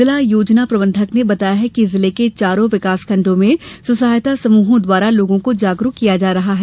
जिला योजना प्रबंधक ने बताया है कि जिले के चारों विकासखण्डों में स्व सहायता समूहों द्वारा लोगों को जागरूक किया जा रहा है